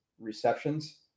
receptions